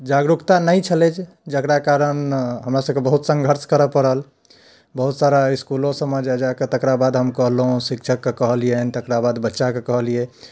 जागरूकता नहि छलै जकरा कारण हमरा सभकऽ बहुत सङ्घर्ष करऽ पड़ल बहुत सारा इसकूलो सभमे जाय जाय कऽ तकरा बाद हम कहलहुँ शिक्षक कऽ कहलिअनि तकरा बाद बच्चा कऽ कहलियै